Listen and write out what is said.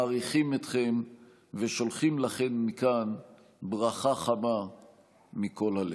מעריכים אתכם ושולחים לכם מכאן ברכה חמה מכל הלב.